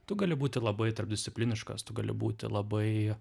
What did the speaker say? tu gali būti labai tarpdiscipliniškas tu gali būti labai